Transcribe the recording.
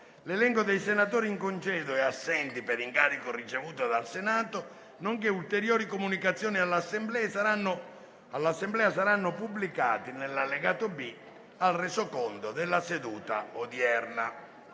L'elenco dei senatori in congedo e assenti per incarico ricevuto dal Senato, nonché ulteriori comunicazioni all'Assemblea saranno pubblicati nell'allegato B al Resoconto della seduta odierna.